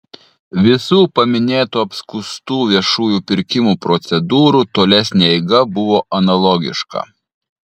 visų paminėtų apskųstų viešųjų pirkimų procedūrų tolesnė eiga buvo analogiška